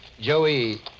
Joey